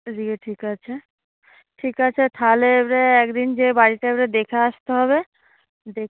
area ঠিক আছে ঠিক আছে তাহলে একদিন যেয়ে বাড়িটা একবার দেখে আসতে হবে দেক